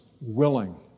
willing